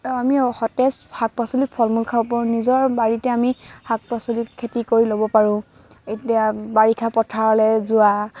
আমি সতেজ শাক পাচলি ফল মূল খাব পাৰোঁ নিজৰ বাৰীতে আমি শাক পাচলি খেতি কৰি ল'ব পাৰোঁ এতিয়া বাৰিষা পথাৰলৈ যোৱা